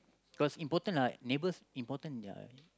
cause important lah neighbours important ya